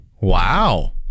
Wow